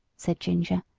said ginger,